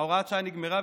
הוראת השעה נגמרה.